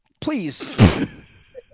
Please